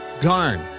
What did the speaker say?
Garn